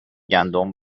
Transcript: گندم